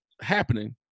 happening